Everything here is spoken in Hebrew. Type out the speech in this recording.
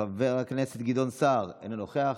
חבר הכנסת גדעון סער, אינו נוכח.